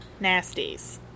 nasties